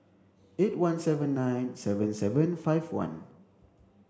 eight one seven nine seven seven five one